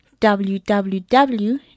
www